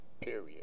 period